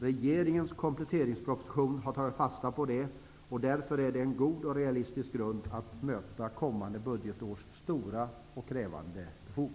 Regeringens kompletteringsproposition har tagit fasta på det, och därför är den en god och realistisk grund för att möta kommande budgetårs stora och krävande behov.